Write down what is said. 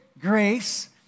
Grace